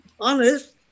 Honest